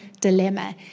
dilemma